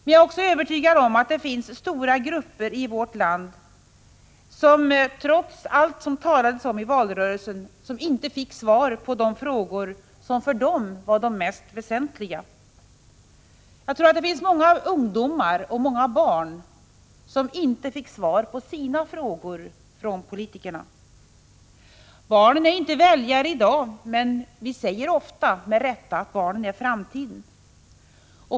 Men jag är också övertygad om att det finns stora grupper i vårt land som — trots allt som sades i valrörelsen —inte fick svar på de frågor som för dem var de mest väsentliga. Jag tror att det finns många ungdomar och barn som inte fick svar på sina frågor från politikerna. Barnen är inte väljare i dag, men vi säger ofta med rätta att barnen är framtiden.